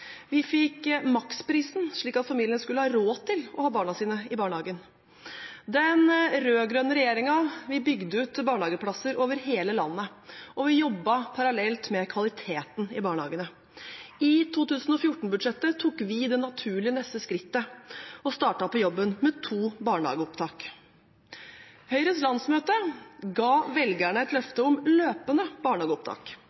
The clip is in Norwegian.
Vi fikk maksprisen, slik at familiene skulle ha råd til å ha barna sine i barnehagen. Den rød-grønne regjeringen bygde ut barnehageplasser over hele landet, og vi jobbet parallelt med kvaliteten i barnehagene. I 2014-budsjettet tok vi det naturlige neste skrittet og startet på jobben med to barnehageopptak. Høyres landsmøte ga velgerne et